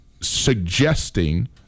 suggesting